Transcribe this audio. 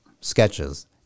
sketches